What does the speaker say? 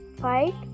fight